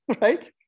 right